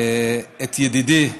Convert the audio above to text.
את ידידי,